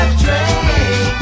train